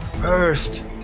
first